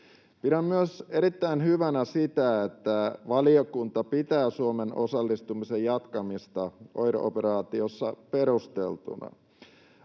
Pidän myös erittäin hyvänä sitä, että valiokunta pitää Suomen osallistumisen jatkamista OIR-operaatiossa perusteltuna.